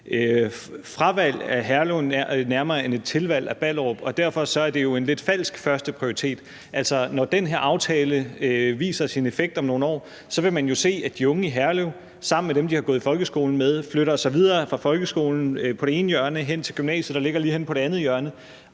fravalg af Herlev mere end et tilvalg af Ballerup. Derfor er det jo en lidt falsk førsteprioritet. Altså, når den her aftale viser sin effekt om nogle år, vil man jo se, at de unge i Herlev flytter sig sammen med dem, de har gået i folkeskole med, videre fra folkeskolen, der ligger på det ene hjørne, hen til gymnasiet, der ligger lige henne på det andet hjørne,